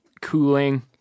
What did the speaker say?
cooling